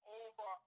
over